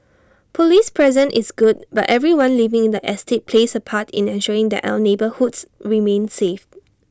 Police presence is good but everyone living in the estate plays A part in ensuring that our neighbourhoods remain safe